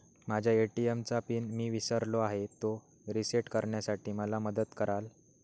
माझ्या ए.टी.एम चा पिन मी विसरलो आहे, तो रिसेट करण्यासाठी मला मदत कराल?